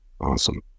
Awesome